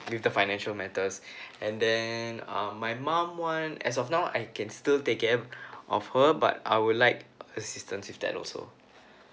with the financial matters and then um my mum one as of now I can still take care of her but I would like assistance with that also